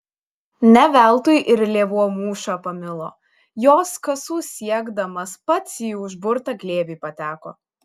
ne veltui ir lėvuo mūšą pamilo jos kasų siekdamas pats į užburtą glėbį pateko